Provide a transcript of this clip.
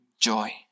joy